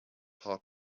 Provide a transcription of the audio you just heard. paw